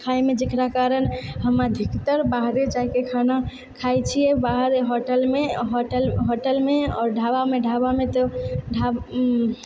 खाएमे जकरा कारण हमरा भीतर बाहरे जाएके खाना खाय छियै बाहर होटलमे होटल होटलमे आओर ढाबामे ढाबामे तऽ